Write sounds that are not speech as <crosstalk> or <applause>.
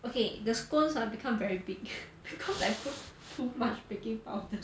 okay the scones ah become very big because I put too much baking powder <laughs>